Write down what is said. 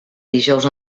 dijous